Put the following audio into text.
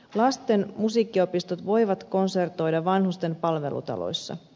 lasten musiikkiopistot voivat konsertoida vanhusten palvelutaloissa